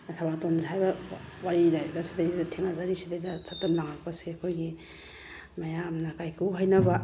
ꯑꯩꯈꯣꯏ ꯊꯕꯥꯇꯣꯟ ꯍꯥꯏꯔꯤꯕ ꯋꯥꯔꯤ ꯂꯥꯏꯔꯤꯛ ꯑꯁꯤꯗꯩꯁꯤꯗ ꯊꯦꯡꯅꯖꯔꯤꯁꯤꯗꯩꯗ ꯁꯛꯇꯝ ꯂꯥꯡꯉꯛꯄꯁꯦ ꯑꯩꯈꯣꯏꯒꯤ ꯃꯌꯥꯝꯅ ꯀꯥꯏꯀꯨ ꯍꯥꯏꯅꯕ